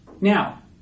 Now